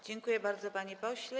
Dziękuję bardzo, panie pośle.